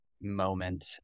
moment